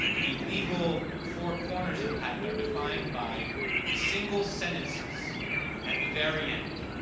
the legal four corners of the patent are defined by single sentences at the very end.